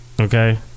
Okay